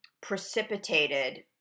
precipitated